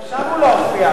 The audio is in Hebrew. אבל גם שם הוא לא הופיע.